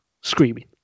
screaming